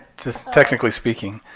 just technically speaking.